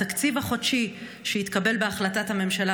התקציב החודשי שהתקבל בהחלטת הממשלה,